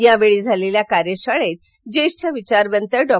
यावेळी झालेल्या कार्यशाळेत ज्येष्ठ विचारवंत डॉ